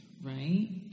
right